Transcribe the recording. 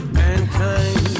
mankind